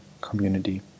community